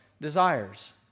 desires